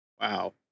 Wow